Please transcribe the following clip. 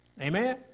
Amen